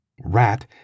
Rat